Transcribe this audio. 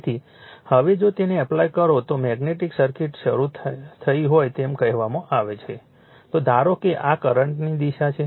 તેથી હવે જો તેને એપ્લાય કરો તો મેગ્નેટિક સર્કિટ શરૂ થઈ હોય તેમ કહેવામાં આવે છે તો ધારો કે આ કરંટની દિશા છે